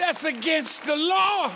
that's against the law